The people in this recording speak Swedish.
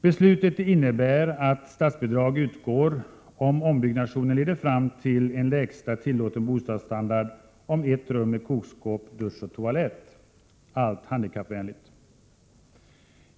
Beslutet innebär att statsbidrag utgår ifall ombyggnationen leder fram till en lägsta tillåten bostadsstandard om ett rum med kokskåp, dusch och toalett — allt handikappvänligt.